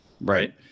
Right